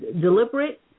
deliberate